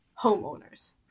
homeowners